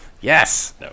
Yes